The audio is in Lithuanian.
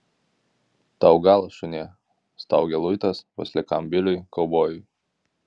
tau galas šunie staugia luitas paslikam biliui kaubojui